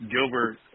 Gilbert